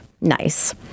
Nice